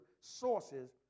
sources